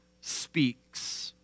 speaks